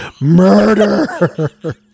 murder